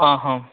ಹಾಂ ಹಾಂ